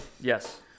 Yes